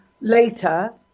later